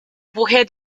woher